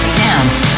dance